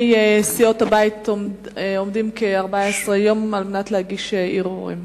סיעות הבית עומדים כ-14 יום להגיש ערעורים.